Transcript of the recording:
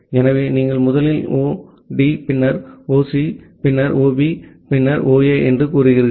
ஆகவே நீங்கள் முதலில் 0D பின்னர் 0C பின்னர் 0B பின்னர் 0A என்று கூறுவீர்கள்